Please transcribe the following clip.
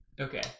Okay